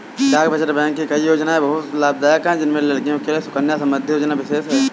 डाक बचत बैंक की कई योजनायें बहुत लाभदायक है जिसमें लड़कियों के लिए सुकन्या समृद्धि योजना विशेष है